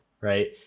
right